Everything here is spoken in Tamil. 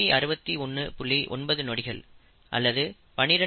9 நொடிகள் அல்லது 12